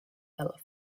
dalla